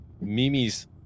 Mimi's